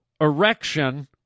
erection